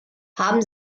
haben